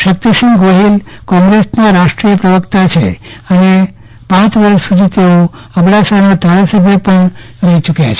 શક્તિસિંહ ગોહીલ કોંગ્રેસના રાષ્ટ્રીય પ્રવક્તા છે અને પાંચ વર્ષ સુધી તેઓઅબડાસાના ધારાસભ્ય રહી ચૂક્યા છે